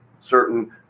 certain